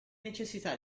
necessità